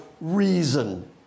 reason